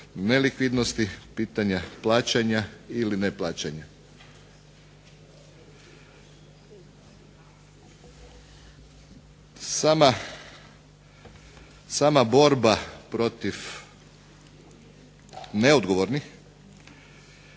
nelikvidnosti, pitanje plaćanja ili neplaćanja. Sama borba protiv neodgovornih